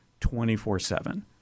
24-7